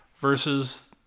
versus